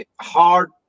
hard